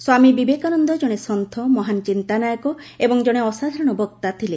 ସ୍ୱାମୀ ବିବେକାନନ୍ଦ ଜଣେ ସନ୍ଥ ମହାନ୍ ଚିନ୍ତାନାୟକ ଏବଂ ଜଣେ ଅସାଧାରଣ ବକ୍ତା ଥିଲେ